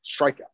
strikeout